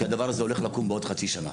כי הדבר הזה הולך לקום בעוד חצי שנה.